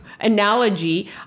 analogy